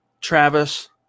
Travis